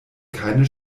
keine